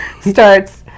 starts